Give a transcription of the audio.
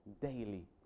daily